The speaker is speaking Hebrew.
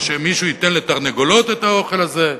או שמישהו ייתן לתרנגולות את האוכל הזה?